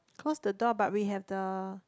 cause the door but we have the